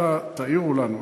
תעירו לנו.